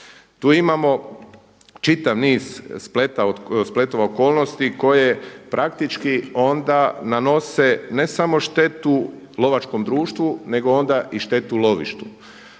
Tu imamo čitav niz spletova okolnosti koje praktički onda nanose ne samo štetu lovačkom društvu nego onda i štetu lovištu.